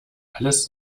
alles